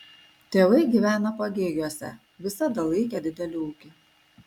tėvai gyvena pagėgiuose visada laikė didelį ūkį